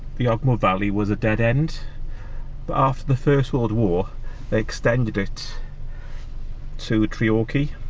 the ogmore valley was a dead end but after the first world war they extended it to treorchy